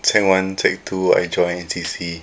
sec one sec two I join N_C_C